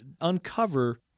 uncover